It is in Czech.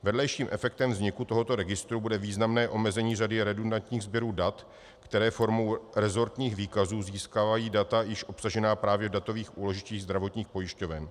Vedlejším efektem vzniku tohoto registru bude významné omezení řady redundantních sběrů dat, které formou resortních výkazů získávají data již obsažená právě v datových úložištích zdravotních pojišťoven.